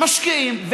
משקיעים,